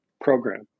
program